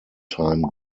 time